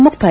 ಮುಕ್ತಾಯ